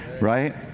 right